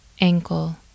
ankle